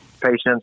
patients